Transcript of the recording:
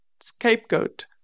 scapegoat